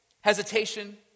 hesitation